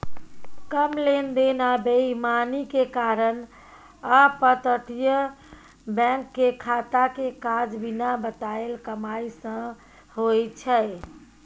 कम लेन देन आ बेईमानी के कारण अपतटीय बैंक के खाता के काज बिना बताएल कमाई सँ होइ छै